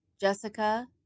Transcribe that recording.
Jessica